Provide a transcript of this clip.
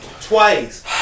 twice